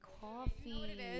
coffee